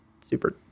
super